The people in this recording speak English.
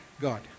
God